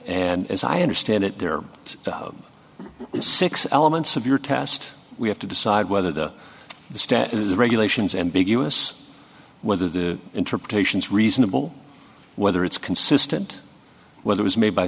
and as i understand it there is six elements of your test we have to decide whether the stat is regulations ambiguous whether the interpretations reasonable whether it's consistent whether was made by